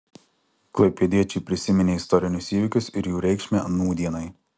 klaipėdiečiai prisiminė istorinius įvykius ir jų reikšmę nūdienai